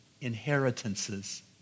inheritances